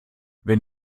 wenn